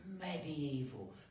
medieval